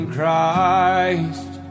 Christ